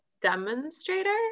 demonstrator